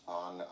on